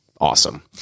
awesome